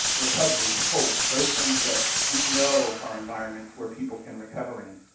recovery, hope, those things that we know are environments where people can recover in.